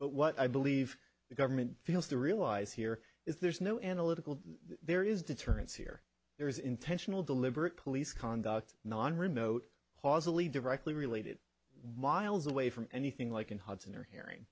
but what i believe the government feels to realize here is there's no analytical there is deterrence here there is intentional deliberate police conduct non remote haws only directly related models away from anything like an hudson or herring